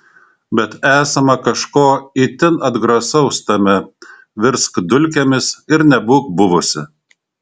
bet esama kažko itin atgrasaus tame virsk dulkėmis ir nebūk buvusi